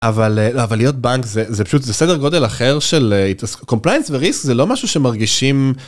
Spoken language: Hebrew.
אבל להיות בנק זה פשוט זה סדר גודל אחר של Compliance ו Risk זה לא משהו שמרגישים.